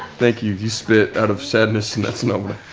thank you, you spit out of sadness and that's not